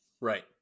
Right